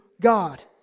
God